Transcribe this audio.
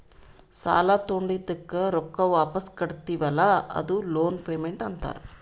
ಸಾಲಾ ತೊಂಡಿದ್ದುಕ್ ರೊಕ್ಕಾ ವಾಪಿಸ್ ಕಟ್ಟತಿವಿ ಅಲ್ಲಾ ಅದೂ ಲೋನ್ ಪೇಮೆಂಟ್ ಅಂತಾರ್